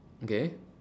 okay